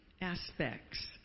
aspects